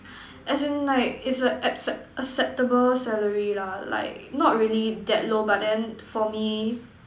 as in like it's a except~ acceptable salary lah like not really that low but then for me